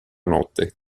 notte